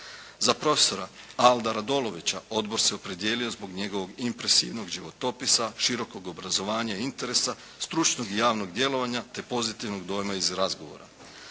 Za profesora Alda Radolovića odbor se opredijelio zbog njegovog impresivnog životopisa, širokog obrazovanja i interesa, stručnog i javnog djelovanja te pozitivnog dojma iz razgovora.